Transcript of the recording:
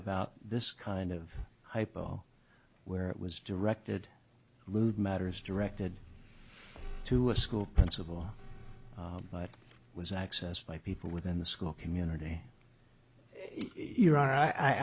about this kind of hypo where it was directed lewd matters directed to a school principal but was accessed by people within the school community